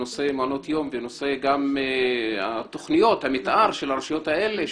בנושא מעונות יום ובנושא תוכניות המתאר של הרשויות האלה.